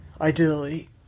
ideally